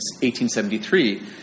1873